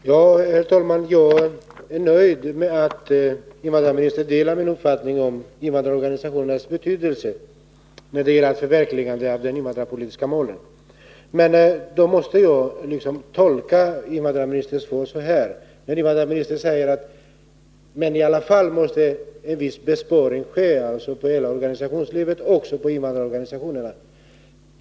Herr talman! Jag är nöjd med att invandrarministern delar min uppfattning om invandrarorganisationernas betydelse när det gäller att förverkliga de invandrarpolitiska målen. Men invandrarministern säger att vissa besparingar ändå måste ske för hela organisationslivet och även för invandrarorganisationerna.